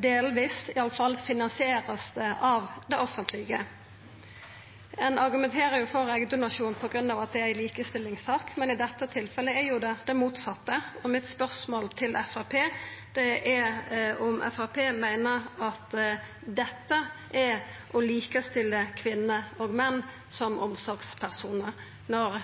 delvis finansierast av det offentlege. Ein argumenterer jo for eggdonasjon som ei likestillingssak, men i dette tilfellet er det jo det motsette. Mitt spørsmål til Framstegspartiet er om Framstegspartiet meiner at dette er å likestilla kvinner og menn som omsorgspersonar, når